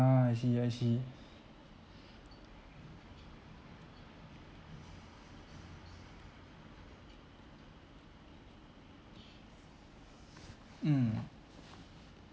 err I see I see mm